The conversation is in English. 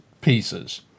pieces